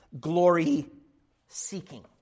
glory-seeking